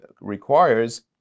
requires